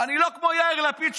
אני לא כמו יאיר לפיד,